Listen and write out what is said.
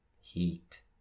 heat